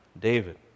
David